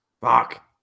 Fuck